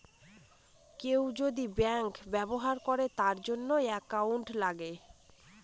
কেউ যদি ব্যাঙ্ক ব্যবহার করে তার জন্য একাউন্ট লাগে